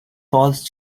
false